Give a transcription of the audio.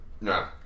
No